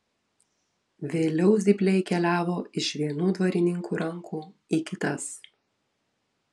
vėliau zypliai keliavo iš vienų dvarininkų rankų į kitas